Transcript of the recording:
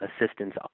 assistance